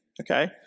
Okay